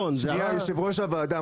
יושב ראש הוועדה,